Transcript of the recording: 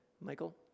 Michael